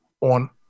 on